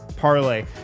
Parlay